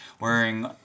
wearing